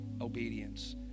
obedience